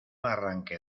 arranque